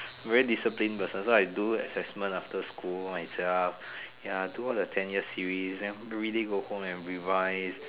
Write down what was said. a very disciplined person so I do assessment after school myself ya I do all the ten year series then everyday go home and revise